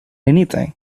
anything